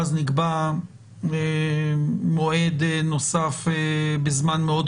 בעצם מתמקדת בזה בכמה האפקט של עצם ההגעה לבית של בן אדם,